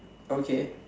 okay